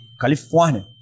California